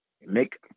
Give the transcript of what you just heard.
make